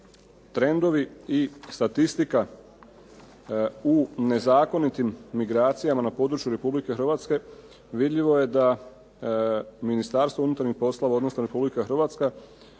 trendovi i statistika u nezakonitim migracijama na području Republike Hrvatske, vidljivo je da Ministarstvo unutarnjih poslova, odnosno Republika Hrvatska